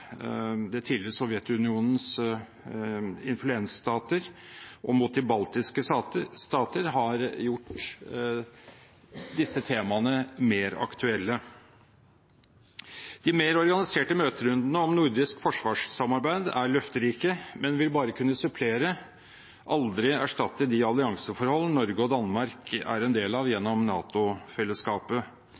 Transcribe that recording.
tidligere Sovjetunionens influensstater og de baltiske stater, har gjort disse temaene mer aktuelle. De mer organiserte møterundene om nordisk forsvarssamarbeid er løfterike, men de vil bare kunne supplere – aldri erstatte – de allianseforhold Norge og Danmark er en del av gjennom